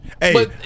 Hey